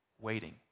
Waiting